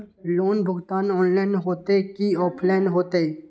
Loan भुगतान online होतई कि ऑफलाइन होतई?